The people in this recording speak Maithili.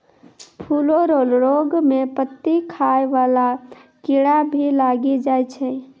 फूलो रो रोग मे पत्ती खाय वाला कीड़ा भी लागी जाय छै